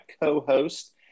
co-host